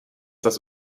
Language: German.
das